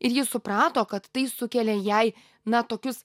ir ji suprato kad tai sukelia jai na tokius